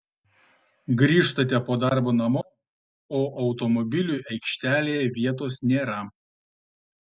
grįžtate po darbo namo o automobiliui aikštelėje vietos nėra